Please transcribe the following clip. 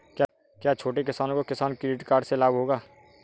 क्या छोटे किसानों को किसान क्रेडिट कार्ड से लाभ होगा?